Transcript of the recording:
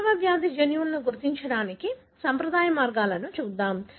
మానవ వ్యాధి జన్యువులను గుర్తించడానికి సంప్రదాయ మార్గాలను చూద్దాం